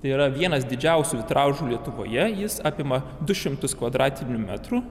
tai yra vienas didžiausių vitražų lietuvoje jis apima du šimtus kvadratinių metrų